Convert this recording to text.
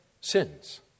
sins